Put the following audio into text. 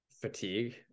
fatigue